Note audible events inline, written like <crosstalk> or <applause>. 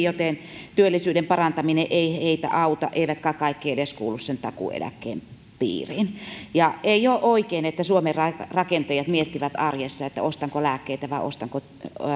<unintelligible> joten työllisyyden parantaminen ei heitä auta eivätkä kaikki edes kuulu sen takuueläkkeen piiriin ei ole oikein että suomen rakentajat miettivät arjessa että ostanko lääkkeitä vai ostanko